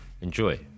Enjoy